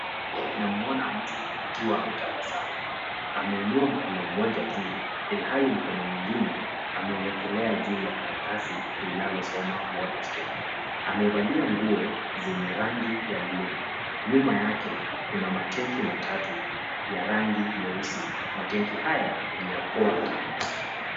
Na mwona mtu akiwa ametabasamu. Ameinua mkono mmoja juu. Ilhali mkono mwigine, ameuwekelea juu ya karatasi linalosoma Waterstep . Amevalia nguo zenye rangi ya buluu. Nyuma yake kuna matenki matatu ya rangi nyeusi. Matenki haya ni ya Poa Tanks.